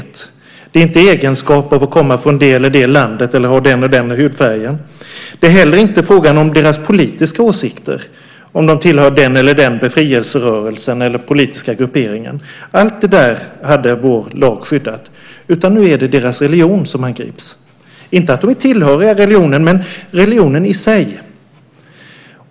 Det gäller inte egenskapen att komma från det eller det landet eller ha den eller den hudfärgen. Det är heller inte fråga om deras politiska åsikter - om de tillhör den eller den befrielserörelsen eller politiska grupperingen. Allt det där hade vår lag skyddat. Men nu är det deras religion som angrips - inte att de är tillhöriga religionen, utan religionen i sig.